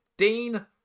Dean